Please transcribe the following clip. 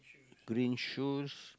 green shoes